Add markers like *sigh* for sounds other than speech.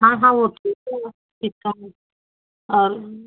हाँ हाँ वो ठीक है *unintelligible* और